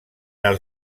els